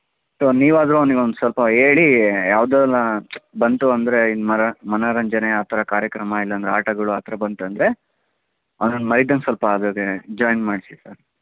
so ನೀವಾದರೂ ಅವ್ನಿಗೆ ಒಂದು ಸ್ವಲ್ಪ ಹೇಳಿ ಯಾವ್ದಾರಾ ಬಂತು ಅಂದರೆ ಮನೋರಂಜನೆ ಆ ಥರ ಕಾರ್ಯಕ್ರಮ ಇಲ್ಲಂದ್ರೆ ಆಟಗಳು ಆ ಥರ ಬಂತಂದರೆ ಅವ್ನನ್ನ ಮರೀದಂಗೆ ಸ್ವಲ್ಪ ಅದು ಅದೇ ಜಾಯಿನ್ ಮಾಡಿಸಿ ಸರ್